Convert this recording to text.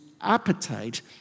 appetite